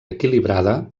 equilibrada